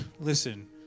listen